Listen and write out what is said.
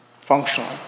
functionally